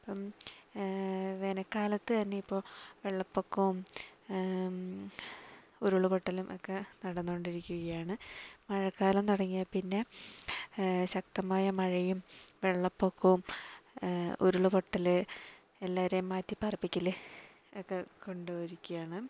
ഇപ്പം വേനൽക്കാലത്ത് തന്നെയിപ്പോൾ വെള്ളപ്പൊക്കവും ഉരുളുപൊട്ടലും ഒക്കെ നടന്നുകൊണ്ടിരിക്കുകയാണ് മഴക്കാലം തുടങ്ങിയാൽപ്പിന്നെ ശക്തമായ മഴയും വെള്ളപ്പൊക്കവും ഉരുളുപൊട്ടൽ എല്ലാവരേയും മാറ്റിപ്പാർപ്പിക്കൽ ഒക്കെ കൊണ്ടിരിക്കുകയാണ്